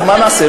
אז מה נעשה?